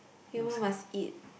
human must eat